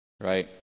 right